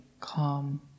calm